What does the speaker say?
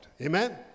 Amen